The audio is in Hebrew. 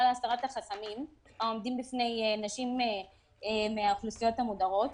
להסרת החסמים העומדים בפני נשים מהאוכלוסיות המודרות.